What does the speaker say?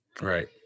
Right